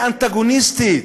היא אנטגוניסטית.